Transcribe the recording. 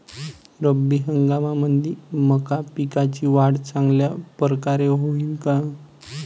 रब्बी हंगामामंदी मका पिकाची वाढ चांगल्या परकारे होईन का?